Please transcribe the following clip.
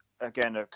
again